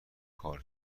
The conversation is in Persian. کار